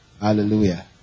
Hallelujah